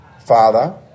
father